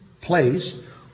place